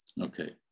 Okay